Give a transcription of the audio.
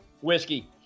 whiskey